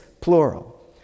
plural